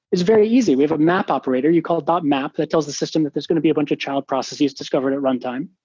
it's very easy. we have a map operator you call map that tells the system that there's going to be a bunch of child processes discovered at runtime.